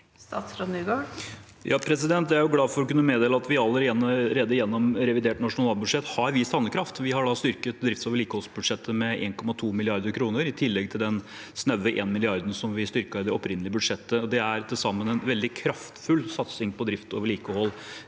Jon-Ivar Nygård Jeg er glad for å kunne meddele at vi allerede gjennom revidert nasjonalbudsjett har vist handlekraft. Vi har styrket drifts- og vedlikeholdsbudsjettet med 1,2 mrd. kr, i tillegg til den snaue milliarden vi styrket med i det opprinnelige budsjettet. Det er til sammen en veldig kraftfull satsing på drift og vedlikehold